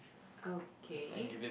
okay